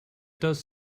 does